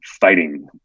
fighting